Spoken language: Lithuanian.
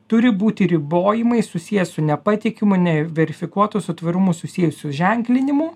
turi būti ribojimai susiję su nepatikimu neverifikuotu su tvarumu susiejusiu ženklinimu